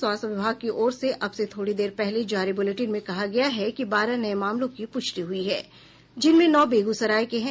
स्वास्थ्य विभाग की ओर से अब से थोड़ी देर पहले जारी बुलेटिन में कहा गया है कि बारह नये मामलों की पुष्टि हुई है जिनमें नौ बेगूसराय के हैं